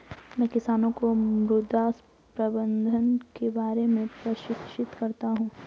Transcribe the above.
मैं किसानों को मृदा प्रबंधन के बारे में प्रशिक्षित करता हूँ